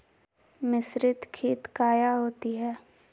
मिसरीत खित काया होती है?